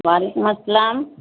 وعلیکم السلام